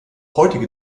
heutige